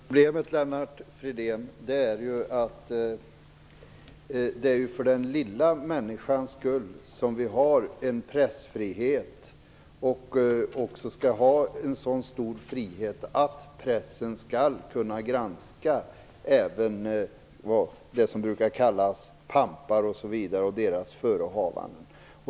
Fru talman! Problemet, Lennart Fridén, är ju att det är för den lilla människans skull som vi har en så stor frihet för pressen att den skall kunna granska också dem som brukar kallas pampar och deras förehavanden.